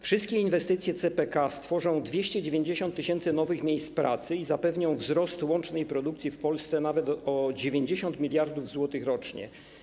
Wszystkie inwestycje CPK stworzą 290 tys. nowych miejsc pracy i zapewnią wzrost wartości łącznej produkcji w Polsce nawet o 90 mld zł rocznie.